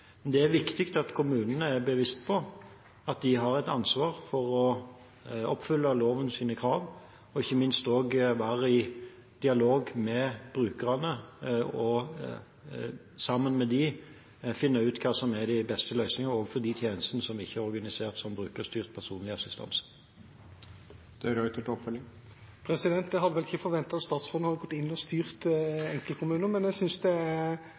Det er viktig at kommunene er bevisst på at de har et ansvar for å oppfylle lovens krav og ikke minst også er i dialog med brukerne, og sammen med dem finner ut hva som er de beste løsningene for de tjenestene som ikke er organisert som brukerstyrt personlig assistanse. Jeg hadde vel ikke forventet at statsråden skulle gå inn og styre enkeltkommuner, men jeg synes det er